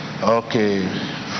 okay